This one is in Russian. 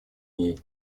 ней